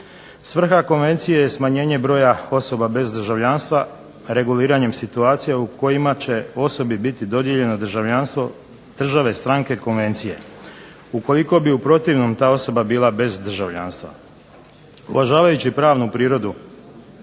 Svrha konvencije je smanjenje broja osoba bez državljanstva reguliranjem situacija u kojima će osobi biti dodijeljeno državljanstvo države stranke konvencije, ukoliko bi u protivnom ta osoba bila bez državljanstva. Uvažavajući pravnu prirodu